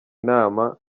inama